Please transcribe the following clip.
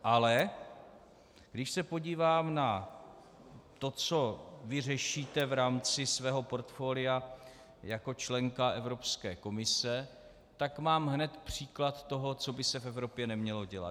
Ale když se podívám na to, co vy řešíte v rámci svého portfolia jako členka Evropské komise, tak mám hned příklad toho, co by se v Evropě nemělo dělat.